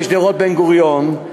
בשדרות בן-גוריון,